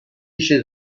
chez